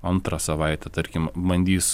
antrą savaitę tarkim bandys